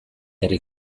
herri